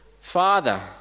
Father